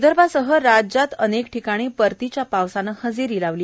विदर्भासह राज्यात अनेक ठिकाणी परतीच्या पावसाने हजेरी लावली